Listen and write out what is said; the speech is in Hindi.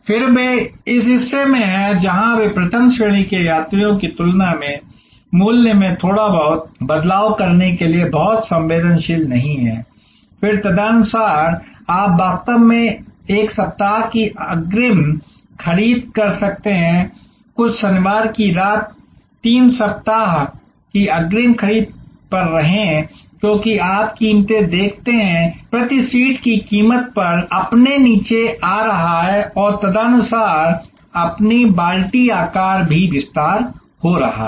फिर से वे इस हिस्से में हैं जहाँ वे प्रथम श्रेणी के यात्रियों की तुलना में मूल्य में थोड़ा बहुत बदलाव करने के लिए बहुत संवेदनशील नहीं हैं फिर तदनुसार आप वास्तव में एक सप्ताह की अग्रिम खरीद कर सकते हैं कुछ शनिवार की रात 3 सप्ताह की अग्रिम खरीद पर रहें क्योंकि आप कीमतें देखते हैं के रूप में प्रति सीट की कीमत पर अपने नीचे आ रहा है और तदनुसार अपने बाल्टी आकार भी विस्तार हो रहा है